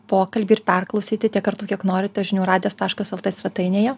pokalbį ir perklausyti tiek kartų kiek norite žinių radijas taškas el t svetainėje